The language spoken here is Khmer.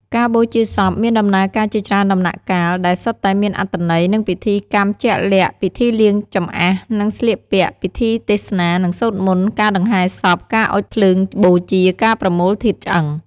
ការបូជាសពមានដំណើរការជាច្រើនដំណាក់កាល ដែលសុទ្ធតែមានអត្ថន័យ និងពិធីកម្មជាក់លាក់ ពិធីលាងចម្អះ និងស្លៀកពាក់ ពិធីទេសនា និងសូត្រមន្ត ការដង្ហែសព ការអុជភ្លើងបូជា ការប្រមូលធាតុឆ្អឹង។